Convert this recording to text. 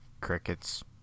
Crickets